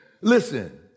Listen